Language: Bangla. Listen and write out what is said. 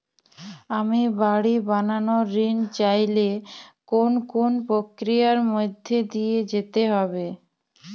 আমি বাড়ি বানানোর ঋণ চাইলে কোন কোন প্রক্রিয়ার মধ্যে দিয়ে যেতে হবে?